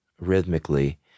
rhythmically